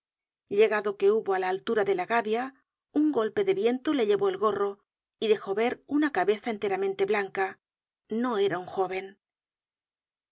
perpétua llegado que hubo á la altura de la gavia un golpe de viento le llevó el gorro y dejó ver una cabeza enteramente blanca no era un joven